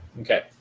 Okay